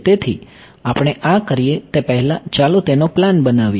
તેથી આપણે આ કરીએ તે પહેલાં ચાલો તેનો પ્લાન બનાવીએ